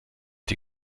die